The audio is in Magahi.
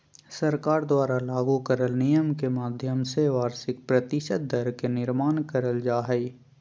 सरकार द्वारा लागू करल नियम के माध्यम से वार्षिक प्रतिशत दर के निर्माण करल जा हय